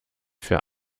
für